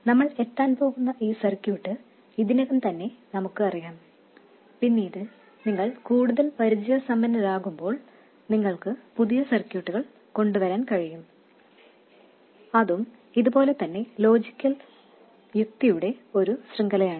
നമ്മൾ എത്താൻ പോകുന്ന ഈ സർക്യൂട്ട് ഇതിനകം തന്നെ നമുക്ക് അറിയാം പിന്നീട് നിങ്ങൾ കൂടുതൽ പരിചയസമ്പന്നരാകുമ്പോൾ നിങ്ങൾക്ക് പുതിയ സർക്യൂട്ടുകൾ കൊണ്ടുവരാൻ കഴിയും അതും ഇത് പോലെ തന്നെ ലോജിക്കൽ യുക്തിയുടെ ഒരു ശൃംഖലയാണ്